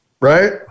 right